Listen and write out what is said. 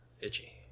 Itchy